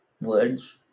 words